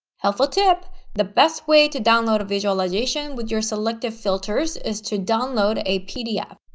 helpful tip the best way to download a visualization with your selected filters is to download a pdf.